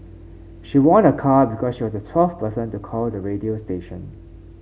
she won a car because she was the twelfth person to call the radio station